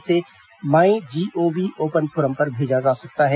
इसे my gov open forum पर भेजा जा सकता है